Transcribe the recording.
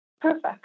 Perfect